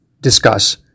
discuss